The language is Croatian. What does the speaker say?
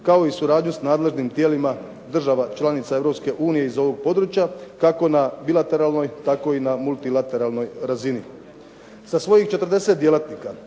kao i suradnju s nadležnim tijelima država članica Europske unije iz ovog područja kako na bilateralnoj tako i na multilateralnoj razini. Sa svojih 40 djelatnika